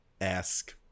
Ask